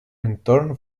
entorn